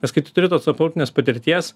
nes kai tu turi tos tarptautinės patirties